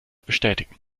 bestätigen